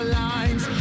lines